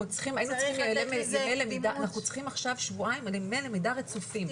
אנחנו צריכים עכשיו שבועיים ימי למידה רצופים,